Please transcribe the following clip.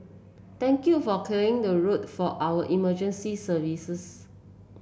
thank you for clearing the road for our emergency services